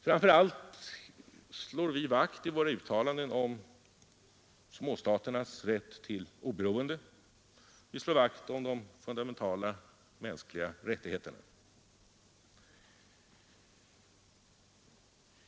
Framför allt slår vi i våra uttalanden vakt om småstaternas rätt till oberoende och om fundamentala mänskliga rättigheter.